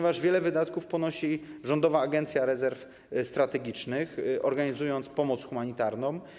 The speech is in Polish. Wiele kosztów ponosi Rządowa Agencja Rezerw Strategicznych, która organizuje pomoc humanitarną.